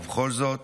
ובכל זאת